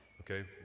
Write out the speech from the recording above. Okay